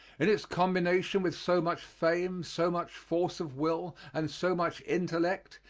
in its combination with so much fame, so much force of will, and so much intellect,